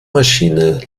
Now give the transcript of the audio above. maschine